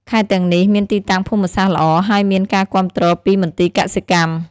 ខេត្តទាំងនេះមានទីតាំងភូមិសាស្ត្រល្អ ហើយមានការគាំទ្រពីមន្ទីរកសិកម្ម។